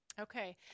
Okay